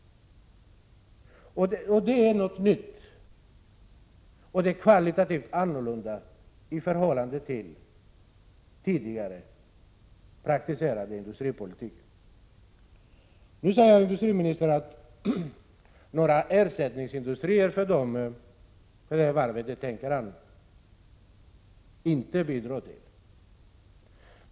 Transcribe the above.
Detta är någonting nytt, och det är kvalitativt annorlunda i förhållande till tidigare praktiserad industripolitik. Nu säger industriministern att han inte tänker bidra till några ersättningsindustrier när det gäller det här varvet.